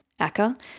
ACCA